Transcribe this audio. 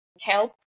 help